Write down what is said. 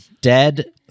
Dead